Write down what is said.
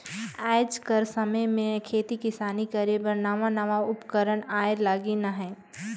आएज कर समे में खेती किसानी करे बर नावा नावा उपकरन आए लगिन अहें